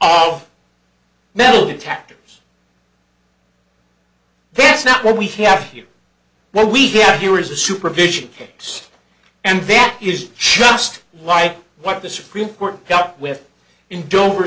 all metal detectors that's not what we have here what we have here is the supervision camps and that is just like what the supreme court dealt with in dover